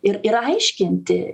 ir ir aiškinti